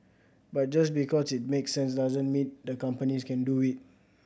but just because it makes sense doesn't mean the companies can do it